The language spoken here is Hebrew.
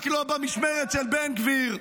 רק לא במשמרת של בן גביר.